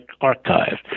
archive